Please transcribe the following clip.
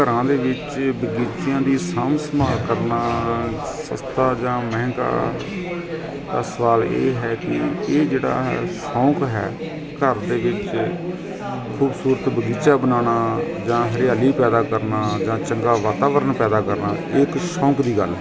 ਘਰਾਂ ਦੇ ਵਿੱਚ ਬਗੀਚਿਆਂ ਦੀ ਸਾਂਭ ਸੰਭਾਲ ਕਰਨਾ ਸਸਤਾ ਜਾਂ ਮਹਿੰਗਾ ਪਰ ਸਵਾਲ ਇਹ ਹੈ ਕਿ ਇਹ ਜਿਹੜਾ ਸ਼ੌਕ ਹੈ ਘਰ ਦੇ ਵਿੱਚ ਖੂਬਸੂਰਤ ਬਗੀਚਾ ਬਣਾਉਣਾ ਜਾਂ ਹਰਿਆਲੀ ਪੈਦਾ ਕਰਨਾ ਜਾਂ ਚੰਗਾ ਵਾਤਾਵਰਨ ਪੈਦਾ ਕਰਨਾ ਇਹ ਇੱਕ ਸ਼ੌਕ ਦੀ ਗੱਲ ਹੈ